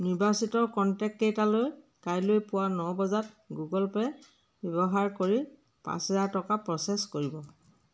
নিৰ্বাচিত কনটেক্টকেইটালৈ কাইলৈ পুৱা ন বজাত গুগল পে' ব্যৱহাৰ কৰি পাঁচ হেজাৰ টকা প্ৰচেছ কৰিব